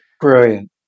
Brilliant